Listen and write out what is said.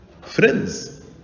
friends